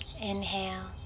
Inhale